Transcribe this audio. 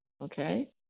Okay